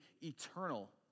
eternal